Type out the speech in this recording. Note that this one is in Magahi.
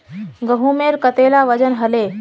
गहोमेर कतेला वजन हले